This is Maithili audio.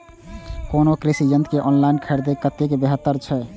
कोनो कृषि यंत्र के ऑनलाइन खरीद कतेक बेहतर छै?